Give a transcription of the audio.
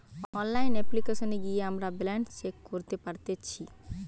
online অপ্লিকেশনে গিয়ে আমরা ব্যালান্স চেক করতে পারতেচ্ছি